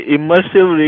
Immersive